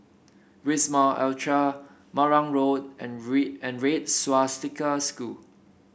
Wisma Atria Marang Road and Red and Red Swastika School